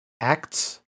Acts